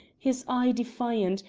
his eye defiant,